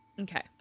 Okay